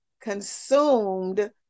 consumed